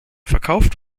verkauft